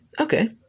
okay